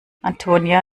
antonia